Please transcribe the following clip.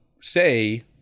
say